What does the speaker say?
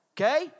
Okay